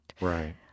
Right